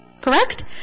Correct